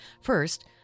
First